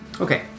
Okay